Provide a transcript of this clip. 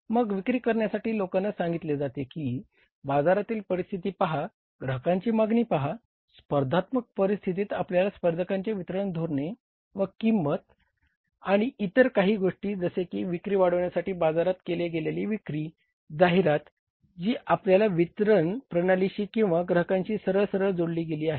मग विक्री करणाऱ्या लोकांना सांगितले जाते की बाजारातील परिस्थिती पहा ग्राहकांची मागणी पहा स्पर्धात्मक परिस्थितीत आपल्या स्पर्धकांचे वितरण धोरणे व किंमती आणि इतर काही गोष्टी जसे विक्री वाढवण्यासाठी बाजारात केले गेलेली विक्री जाहिरात जी आपल्या वितरण प्रणालीशी किंवा ग्राहकांशी सरळ सरळ जोडली गेलेली आहे